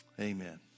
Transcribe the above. Amen